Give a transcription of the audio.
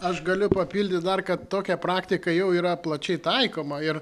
aš galiu papildyt dar kad tokia praktika jau yra plačiai taikoma ir